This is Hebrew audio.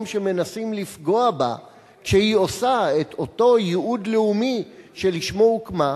שמנסים לפגוע בה כשהיא עושה את אותו ייעוד לאומי שלשמו הוקמה,